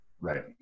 Right